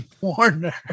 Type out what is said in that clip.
Warner